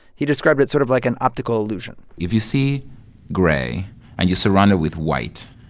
he described it sort of like an optical illusion if you see gray and you're surrounded with white,